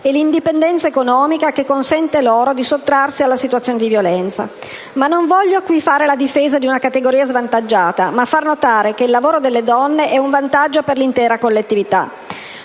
e l'indipendenza economica, che consente loro di sottrarsi alle situazioni di violenza. Tuttavia, non voglio qui assumere la difesa di una categoria svantaggiata, bensì far notare che il lavoro delle donne è un vantaggio per l'intera collettività.